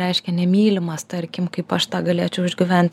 reiškia nemylimas tarkim kaip aš tą galėčiau išgyvent